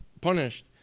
Punished